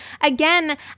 Again